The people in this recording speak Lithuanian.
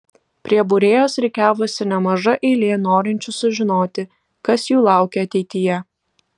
prie būrėjos rikiavosi nemaža eilė norinčių sužinoti kas jų laukia ateityje